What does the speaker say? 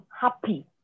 happy